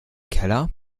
keller